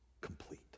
complete